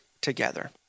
together